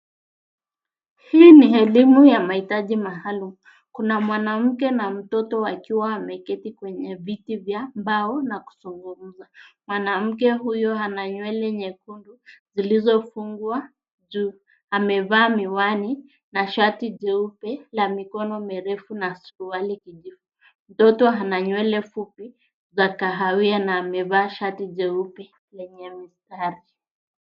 Hii ni elimu ya mahitaji maalum. Kuna mwanamke na mtoto wakiwa wameketi kwenye viti vya mbao na kuzungumza. Mwanamke huyo ana nywele nyekundu zilizofungwa juu. Amevaa miwani na shati jeupe la mikono mirefu na suruali kijivu. Mtoto ana nywele fupi za kahawia na amevaa shati jeupe lenye mistari.